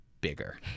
bigger